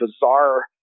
bizarre